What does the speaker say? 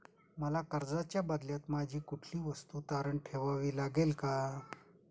मला कर्जाच्या बदल्यात माझी कुठली वस्तू तारण ठेवावी लागेल का?